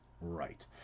Right